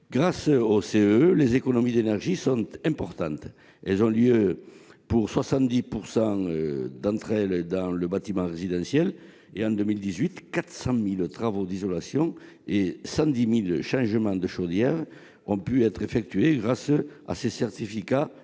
Grâce aux CEE, les économies d'énergie sont importantes. Elles ont lieu, pour 70 % d'entre elles, dans le bâtiment résidentiel. En 2018, 400 000 travaux d'isolation et 110 000 changements de chaudière ont pu être effectués grâce à ces certificats